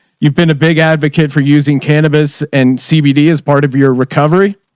you've been a big advocate for using cannabis and cbd as part of your recovery